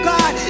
God